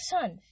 sons